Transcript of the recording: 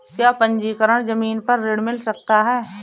क्या पंजीकरण ज़मीन पर ऋण मिल सकता है?